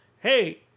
hey